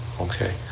okay